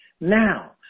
Now